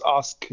ask